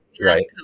Right